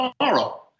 tomorrow